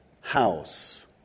house